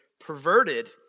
perverted